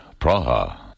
Praha